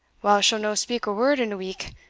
whiles she'll no speak a word in a week,